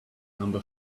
number